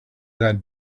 that